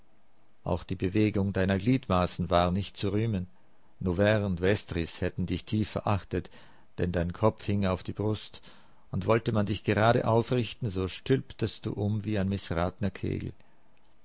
auch die bewegung deiner gliedmaßen war nicht zu rühmen noverre und vestris hätten dich tief verachtet denn dein kopf hing auf die brust und wollte man dich gerade aufrichten so stülptest du um wie ein